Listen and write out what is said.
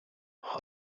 хар